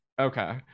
Okay